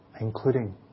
including